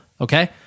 Okay